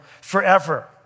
forever